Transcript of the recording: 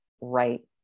right